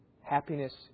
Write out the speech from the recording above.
Happiness